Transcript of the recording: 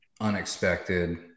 unexpected